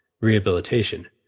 rehabilitation